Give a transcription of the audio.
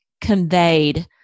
conveyed